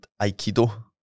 Aikido